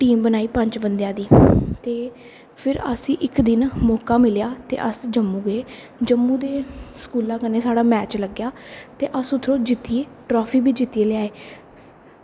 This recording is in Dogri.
टीम बनाई पंज बंदेआं दे ते फिर अस इक्क दिन मौका मिलेआ ते अस जम्मू गे जम्मू दे स्कूला कन्नै साढ़ा मैच लग्गेआ ते अस उत्थूं जित्ती ते जित्ती लेई आये